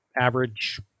average